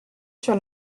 sur